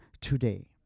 today